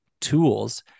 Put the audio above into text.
tools